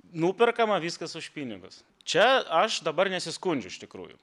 nuperkama viskas už pinigus čia aš dabar nesiskundžiu iš tikrųjų